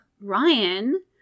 Ryan